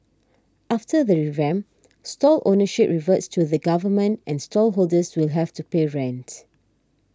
after the revamp stall ownership reverts to the Government and stall holders will have to pay rent